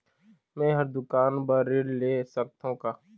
मैं हर दुकान बर ऋण ले सकथों का?